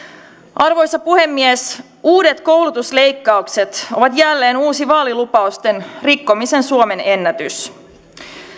arvoisa puhemies uudet koulutusleikkaukset ovat jälleen uusi vaalilupausten rikkomisen suomenennätys